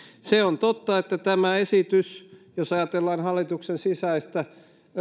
se on totta että tämä esitys jos ajatellaan hallituksen sisäistä